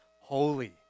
holy